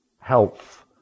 health